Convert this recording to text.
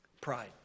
Pride